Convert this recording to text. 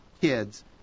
kids